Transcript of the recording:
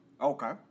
Okay